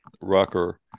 Rucker